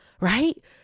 right